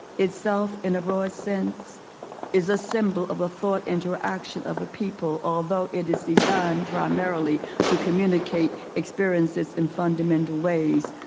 itself in a broad sense is a symbol of a thought interaction of the people although it is designed primarily to communicate experiences in fundamental ways.